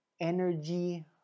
energy